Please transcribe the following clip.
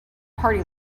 party